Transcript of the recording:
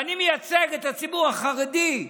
ואני מייצג את הציבור החרדי.